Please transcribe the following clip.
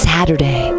Saturday